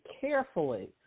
carefully